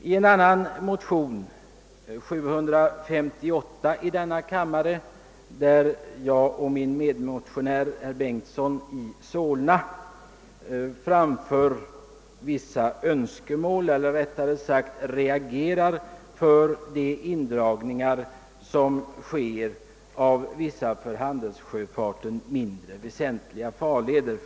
I en annan motion, nr 758 i denna kammare, reagerar jag och min medmotionär, herr Bengtson i Solna, mot de indragningar som görs i »vissa för handelssjöfarten mindre väsentliga farleder».